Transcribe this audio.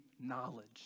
knowledge